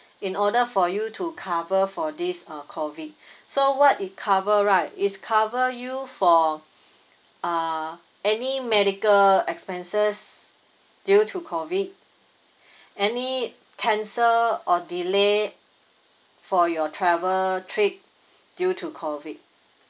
in order for you to cover for this uh COVID so what it cover right is cover you for uh any medical expenses due to COVID any cancel or delay for your travel trip due to COVID